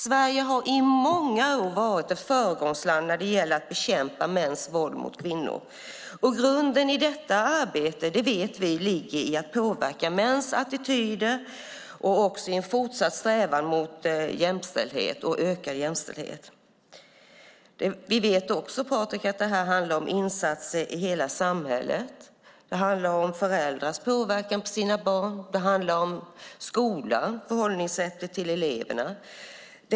Sverige har i många år varit ett föregångsland när det gäller att bekämpa mäns våld mot kvinnor. Vi vet att grunden i detta arbete ligger i att påverka mäns attityder och i en fortsatt strävan mot jämställdhet och ökad jämställdhet. Vi vet också, Patrick, att det handlar om insatser i hela samhället. Det handlar om föräldrars påverkan på sina barn. Det handlar om skolan och om förhållningssättet till eleverna.